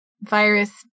virus